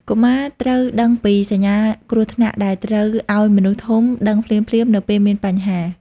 កុមារត្រូវដឹងពី សញ្ញាគ្រោះថ្នាក់ ដែលត្រូវឱ្យមនុស្សធំដឹងភ្លាមៗនៅពេលមានបញ្ហា។